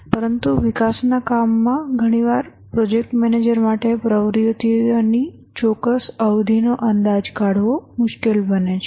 પરંતુ વિકાસના કામમાં ઘણીવાર પ્રોજેક્ટ મેનેજર માટે પ્રવૃત્તિઓની ચોક્કસ અવધિનો અંદાજ કાઢવો મુશ્કેલ બને છે